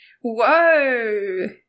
Whoa